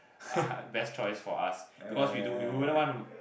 uh best choice for us because we do we wouldn't want to